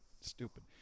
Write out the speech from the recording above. stupid